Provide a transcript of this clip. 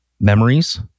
memories